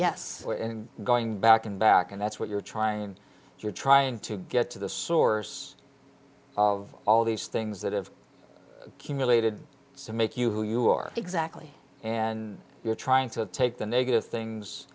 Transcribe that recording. s going back and back and that's what you're trying you're trying to get to the source of all these things that have cumulated so make you who you are exactly and you're trying to take the negative things